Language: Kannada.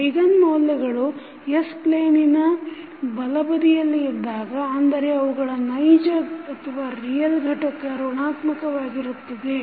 ಐಗನ್ ಮೌಲ್ಯಗಳು s ಪ್ಲೇನಿನ ಬಲಬದಿಯಲ್ಲಿ ಇದ್ದಾಗ ಅಂದರೆ ಅವುಗಳ ನೈಜ real ಘಟಕ ಋಣಾತ್ಮಕವಾಗಿರುತ್ತದೆ